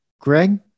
Greg